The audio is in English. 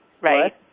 right